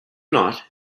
not